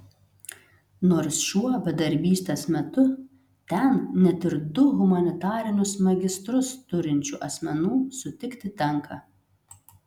nors šiuo bedarbystės metu ten net ir du humanitarinius magistrus turinčių asmenų sutikti tenka